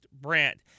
brand